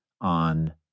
on